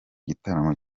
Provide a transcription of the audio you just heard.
gitaramo